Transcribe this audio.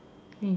um